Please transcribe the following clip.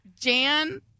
Jan